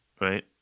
right